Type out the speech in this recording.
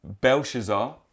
Belshazzar